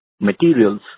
materials